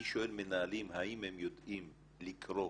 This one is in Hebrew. אני שואל מנהלים האם הם יודעים לקרוא